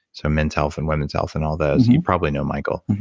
so men's health and women's health and all those. you probably know michael.